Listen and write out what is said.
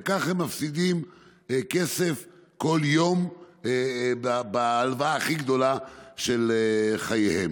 וכך הם מפסידים כסף כל יום בהלוואה הכי גדולה של חייהם.